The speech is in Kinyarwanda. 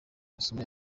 masomo